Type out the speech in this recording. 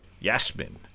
Yasmin